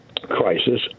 crisis